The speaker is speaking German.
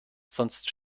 sonst